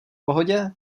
pohodě